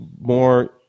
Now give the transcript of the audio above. more